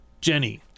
Jenny